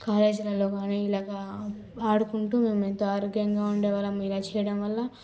కాలేజ్లలో కానీ ఇలాగ ఆడుకుంటు మేము ఎంతో ఆరోగ్యంగా ఉండేవాళ్ళం ఇలా చేయడం వల్ల